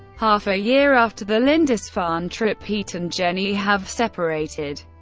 half a year after the lindisfarne trip, pete and jenny have separated.